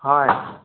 হয়